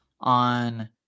on